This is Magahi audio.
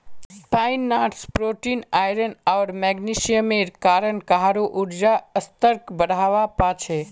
पाइन नट्स प्रोटीन, आयरन आर मैग्नीशियमेर कारण काहरो ऊर्जा स्तरक बढ़वा पा छे